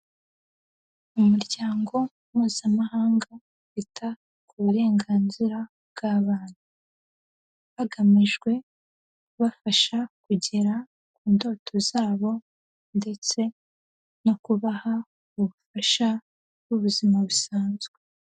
Umuryango mpuzamahanga wita ku burenganzira bw'abana. Hagamijwe kubafasha kugera ku ndoto zabo ndetse no kubaha ubufasha bw'ubuzima busanzwe.